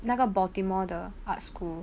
那个 baltimore 的 arts school